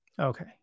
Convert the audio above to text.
Okay